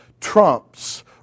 trumps